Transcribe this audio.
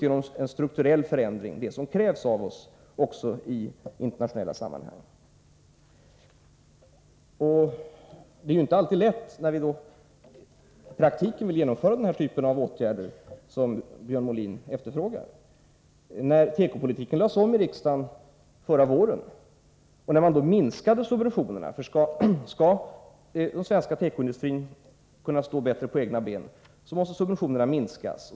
En sådan strukturell förändring är just vad som krävs av oss också i internationella sammanhang. Det är inte alltid lätt när vi i praktiken vill genomföra den typ av åtgärder som Björn Molin efterfrågar. Detta visade sig när riksdagen förra våren lade om tekopolitiken. Skall den svenska tekoindustrin i större utsträckning bättre kunna stå på egna ben måste subventionerna minskas.